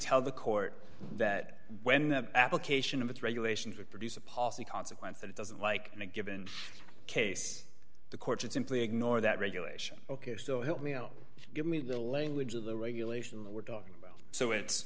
tell the court that when the application of its regulations would produce a policy consequence that it doesn't like in a given case the court should simply ignore that regulation ok so help me out give me the language of the regulation that we're talking about so it's